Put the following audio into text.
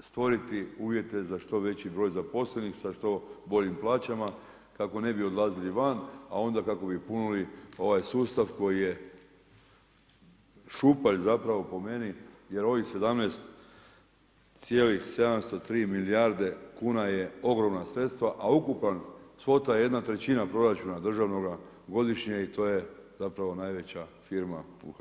stvoriti uvjet za što veći broj zaposlenih sa što boljim plaćama, kako ne bi odlazili van a onda kako bi punili ovaj sustav koji je šupalj zapravo po meni jer ovih 17,703 milijarde kuna su ogromna sredstva, a ukupna svota 1/3 proračuna državnoga godišnje i to je zapravo najveća firma u Hrvatskoj.